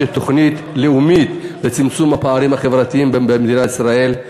תוכנית לאומית לצמצום הפערים החברתיים במדינת ישראל.